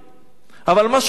אבל משהו אמיתי: